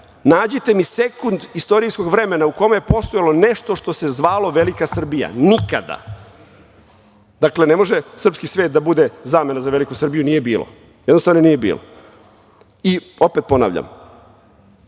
Nađite mi sekund istorijskog vremena u kome je postojalo nešto što se zvalo velika Srbija, nikada. Dakle, ne može srpski svet da bude zamena za veliku Srbiju, nije bilo, jednostavno nije bilo. Opet ponavljam,